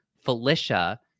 felicia